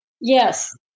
Yes